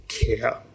care